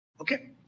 Okay